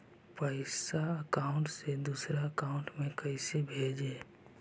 पैसा अकाउंट से दूसरा अकाउंट में कैसे भेजे?